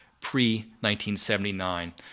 pre-1979